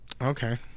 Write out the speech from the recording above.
okay